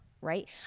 right